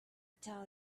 tell